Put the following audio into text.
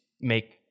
make